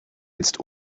jetzt